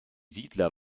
siedler